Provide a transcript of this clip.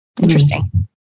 Interesting